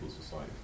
society